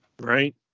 Right